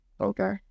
Okay